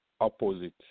opposite